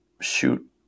shoot